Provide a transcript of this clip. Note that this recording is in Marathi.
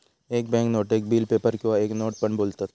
एक बॅन्क नोटेक बिल पेपर किंवा एक नोट पण बोलतत